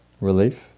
Relief